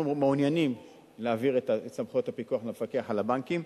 אנחנו מעוניינים להעביר את סמכויות הפיקוח למפקח על הבנקים,